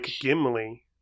Gimli